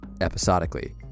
episodically